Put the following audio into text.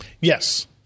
Yes